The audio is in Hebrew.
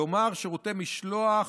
כלומר שירותי משלוח